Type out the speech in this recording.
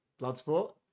Bloodsport